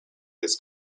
his